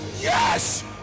Yes